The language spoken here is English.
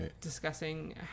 discussing